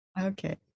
Okay